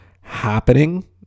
happening